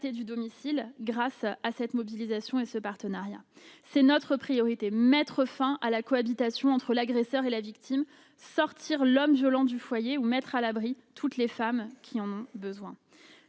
du domicile grâce à cette mobilisation et à ce partenariat. Notre priorité est de mettre fin à la cohabitation entre l'agresseur et la victime. Il importe de sortir l'homme violent du foyer ou de mettre à l'abri toutes les femmes qui en ont besoin.